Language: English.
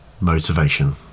Motivation